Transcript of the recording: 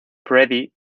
freddie